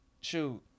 shoot